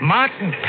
Martin